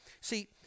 See